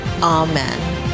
Amen